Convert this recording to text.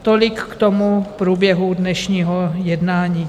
Tolik k tomu v průběhu dnešního jednání.